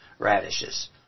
radishes